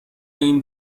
این